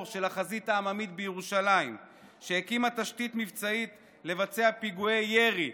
של החזית העממית בירושלים שהקימה תשתית מבצעית לבצע פיגועי ירי,